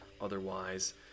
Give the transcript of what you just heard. otherwise